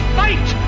fight